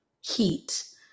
heat